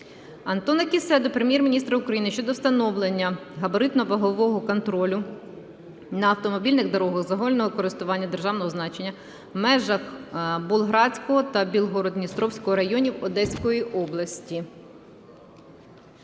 Антона Кіссе до Прем'єр-міністра України щодо встановлення габаритно-вагового контролю на автомобільних дорогах загального користування державного значення в межах Болградського та Білгород-Дністровського районів Одеської області.